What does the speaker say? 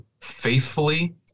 faithfully